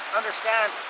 understand